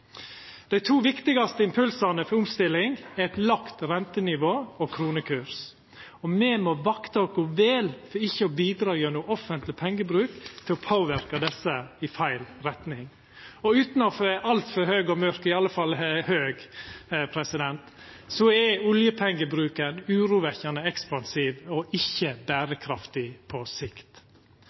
Dei to viktigaste impulsane for omstilling er eit lågt rentenivå og kronekursen, og me må vakta oss vel for ikkje å bidra gjennom offentleg pengebruk til å påverka desse i feil retning. Utan å verta altfor høg og mørk – eg er i alle fall høg – vil eg seia at oljepengebruken er urovekkjande ekspansiv og ikkje berekraftig på sikt.